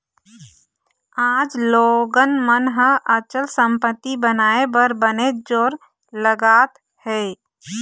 आज लोगन मन ह अचल संपत्ति बनाए बर बनेच जोर लगात हें